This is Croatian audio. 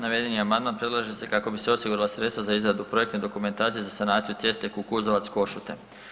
Navedeni amandman predlaže se kako bi se osigurala sredstva za izradu projektne dokumentacije za sanaciju ceste Kukuzovac-Košute.